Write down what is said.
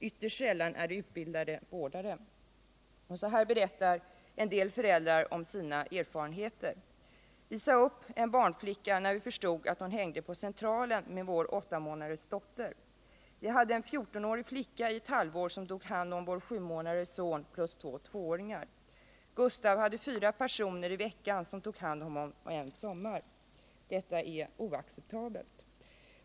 Ytterst sällan är det utbildade vårdare. Så här berättar en del föräldrar om sina erfarenheter: Vi sade upp en barnflicka när vi förstod att hon hängde på Centralen med vår åtta månaders dotter. Vi hade en fjortonårig flicka i ett halvår som tog hand om vår sju månaders son plus två tvååringar. Gustav hade fyra personer i veckan som tog hand om honom en sommar. Detta är oacceptabelt.